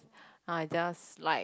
I just like